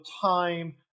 time